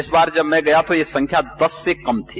इस बार जब मैं गया तो यह संख्या दस से कम थी